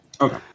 Okay